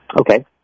Okay